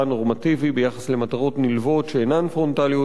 נורמטיבי ביחס למטרות נלוות שאינן פרונטליות,